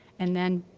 and then,